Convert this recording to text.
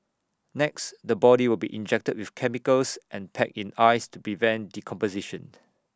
next the body will be injected with chemicals and packed in ice to prevent decomposition